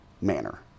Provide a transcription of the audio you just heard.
manner